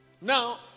Now